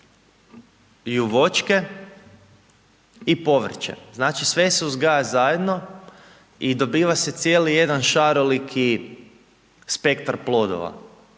voćke i povrće. Znači sve se uzgaja zajedno i dobiva se cijeli jedan šaroliki spektar plodova